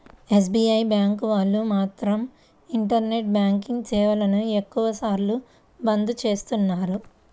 SBI bank వాళ్ళు మాత్రం internet banking సేవలను ఎక్కువ సార్లు బంద్ చేస్తున్నారు